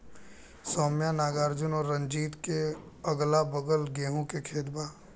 सौम्या नागार्जुन और रंजीत के अगलाबगल गेंहू के खेत बा